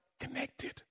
connected